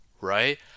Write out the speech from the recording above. Right